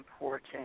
important